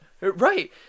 Right